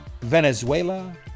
Venezuela